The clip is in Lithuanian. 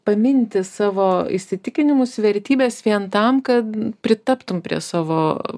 paminti savo įsitikinimus vertybes vien tam kad pritaptum prie savo